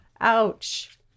ouch